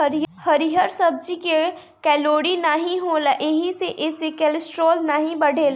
हरिहर सब्जी में कैलोरी नाही होला एही से एसे कोलेस्ट्राल नाई बढ़ेला